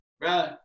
bro